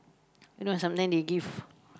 you know sometimes they give